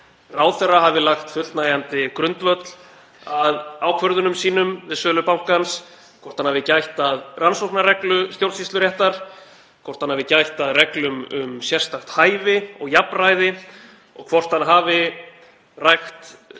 ráðherra hafi lagt fullnægjandi grundvöll að ákvörðunum sínum við sölu bankans, hvort hann hafi gætt að rannsóknarreglu stjórnsýsluréttar, hvort hann hafi gætt að reglum um sérstakt hæfi og jafnræði og hvort hann hafi rækt yfirstjórnunar-